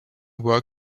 work